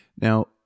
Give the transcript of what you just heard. Now